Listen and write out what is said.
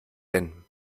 denn